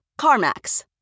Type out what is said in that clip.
CarMax